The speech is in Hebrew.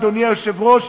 אדוני היושב-ראש,